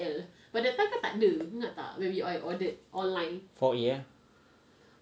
four A ah